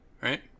Right